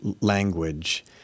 language